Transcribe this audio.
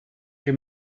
your